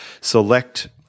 select